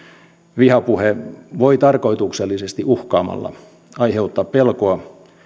vihapuhe voi tarkoituksellisesti uhkaamalla aiheuttaa pelkoa